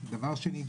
דבר שני,